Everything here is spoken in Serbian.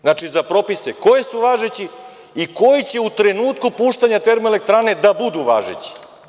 Znači, za propise koji su važeći i koji će u trenutku puštanja termoelektrane da budu važeći.